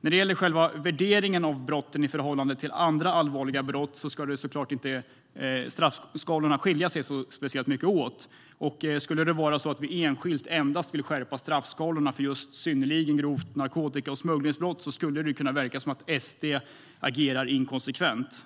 När det gäller själva värderingen av brotten i förhållande till andra allvarliga brott ska såklart inte straffskalorna skilja sig speciellt mycket åt. Om det skulle vara så att vi enskilt och endast ville skärpa straffskalorna för just synnerligen grovt narkotika och smugglingsbrott skulle det kunna verka som att SD agerar inkonsekvent.